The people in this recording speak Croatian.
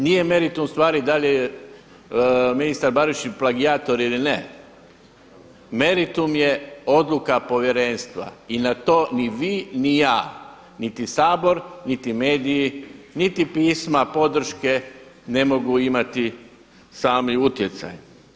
Nije meritum stvari da li je ministar Barišić plagijator ili ne, meritum je odluka povjerenstva i na to ni vi ni ja, niti Sabor, niti mediji, niti pisma podrške ne mogu imati sami utjecaj.